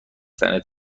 تنت